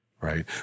right